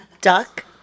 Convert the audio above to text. Duck